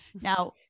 Now